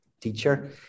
teacher